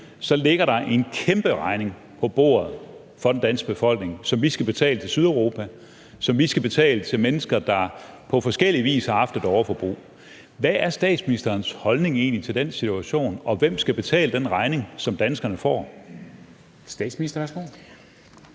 ligger der en kæmperegning på bordet til den danske befolkning, som vi skal betale til Sydeuropa, og som vi skal betale for mennesker, der på forskellig vis har haft et overforbrug. Hvad er statsministerens holdning egentlig til den situation, og hvem skal betale den regning, som danskerne får? Kl. 23:43 Formanden